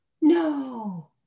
no